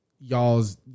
y'all's